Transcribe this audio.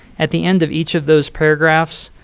at the end of each of those paragraphs,